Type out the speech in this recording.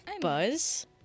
Buzz